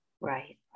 right